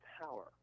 power